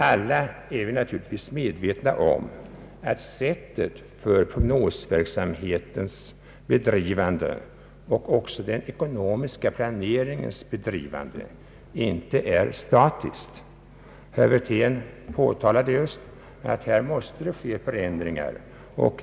Alla är vi naturligtvis medvetna om att sättet för prognosverksamhetens och den ekonomiska planeringens bedrivande inte är statiskt. Herr Wirtén påtalade just att här måste ske förändringar.